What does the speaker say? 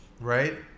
right